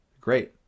Great